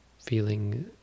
feeling